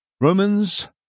Romans